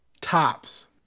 Tops